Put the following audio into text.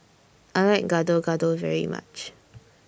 I like Gado Gado very much